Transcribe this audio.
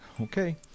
Okay